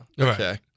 Okay